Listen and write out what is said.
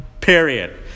Period